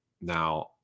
Now